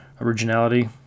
originality